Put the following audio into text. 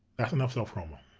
that's enough self promo.